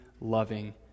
loving